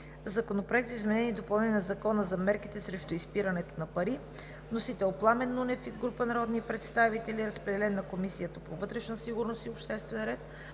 Законопроект за изменение и допълнение на Закона за мерките срещу изпирането на пари. Вносители – Пламен Нунев и група народни представители. Водеща е Комисията по вътрешна сигурност и обществен ред.